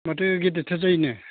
माथो गेदेरथार जायोनो